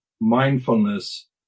mindfulness